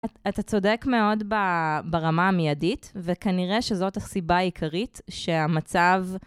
אתה צודק מאוד ברמה המיידית וכנראה שזאת הסיבה העיקרית שהמצב...